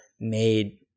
made